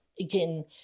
Again